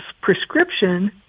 prescription